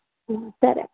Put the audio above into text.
సరే